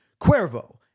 Cuervo